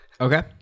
Okay